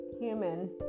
human